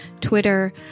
Twitter